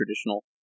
traditional